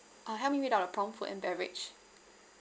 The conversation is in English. uh help me read out the prompt food and beverage